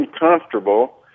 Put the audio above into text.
uncomfortable